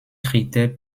critères